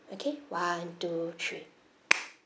okay one two three